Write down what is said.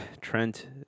Trent